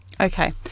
Okay